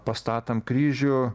pastatom kryžių